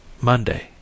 monday